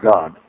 God